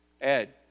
Ed